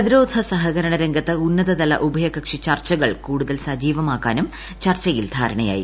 പ്രതിരോധ സഹകരണ രംഗത്ത് ഉന്നതതല ഉഭയകക്ഷി ചർച്ചകൾ കൂടുതൽ സജീവമാക്കാനും ചർച്ചയിൽ ധാരണയായി